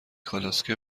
کالسکه